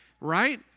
right